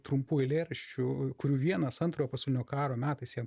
trumpų eilėraščių kurių vienas antrojo pasaulinio karo metais jam